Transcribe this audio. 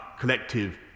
Collective